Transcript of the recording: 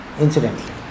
incidentally